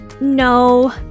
No